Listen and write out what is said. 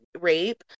rape